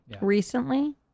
Recently